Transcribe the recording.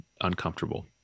uncomfortable